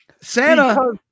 Santa